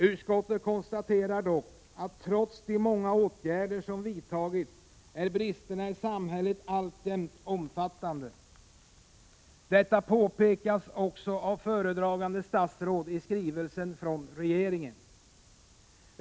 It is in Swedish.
Utskottet konstaterar dock att trots de många åtgärder som vidtagits är bristerna i samhället alltjämt omfattande. Detta påpekas också av föredragande statsråd i skrivelsen från regeringen.